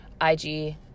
IG